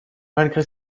malgré